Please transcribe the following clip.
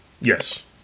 Yes